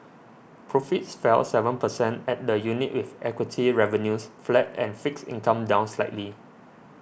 profits fell seven percent at the unit with equity revenues flat and fixed income down slightly